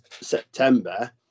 September